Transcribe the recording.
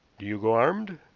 do you go armed?